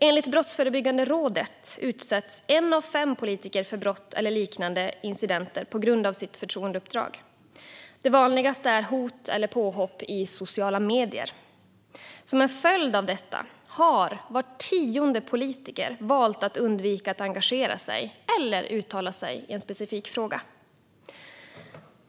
Enligt Brottsförebyggande rådet utsätts en av fem politiker för brott eller liknande incidenter på grund av sitt förtroendeuppdrag. Det vanligaste är hot eller påhopp i sociala medier. Som en följd av detta har var tionde politiker valt att undvika att engagera sig eller uttala sig i en specifik fråga.